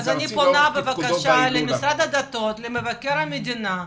אני פונה למשרד הדתות ולמבקר המדינה,